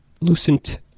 lucent